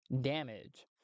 damage